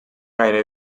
gaire